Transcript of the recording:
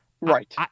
right